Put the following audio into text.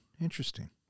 Interesting